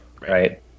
right